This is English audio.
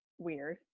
weird